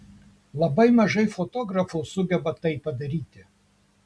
labai mažai fotografų sugeba tai padaryti